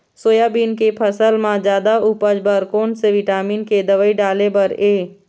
Soybean के फसल म जादा उपज बर कोन से विटामिन के दवई डाले बर ये?